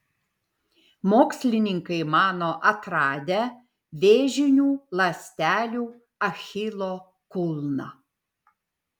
mokslininkai mano atradę vėžinių ląstelių achilo kulną